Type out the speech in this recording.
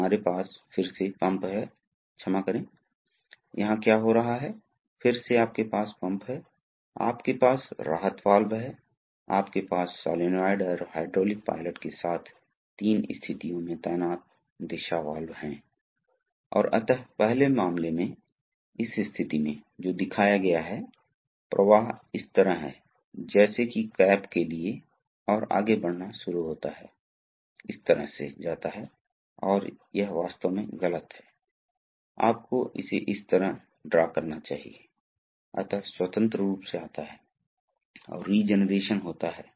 तो हम इसे दो बक्से से खींचते हैं कभी कभी आपके पास तीन बक्से हो सकते हैं जिसमें एक केंद्रीय स्थिति तटस्थ होती है एक तरफ हमारे पास पंप और टैंक होते हैं दूसरी तरफ हमारे पास लोड पोर्ट होते हैं और यह तीर इंगित करता है कि इनमें से प्रत्येक स्थान जो पोर्ट से जुड़ा है इसलिए इस स्थिति में पंप बी से जुड़ा हुआ है इस विशेष स्थिति में वास्तव में यह ए होना चाहिए था यदि आप इससे मेल खाते हैं और यह वास्तव में होना चाहिए था तो इसका मतलब यह है कि यह आरेख वास्तव में इस विशेष बॉक्स से मेल खाता है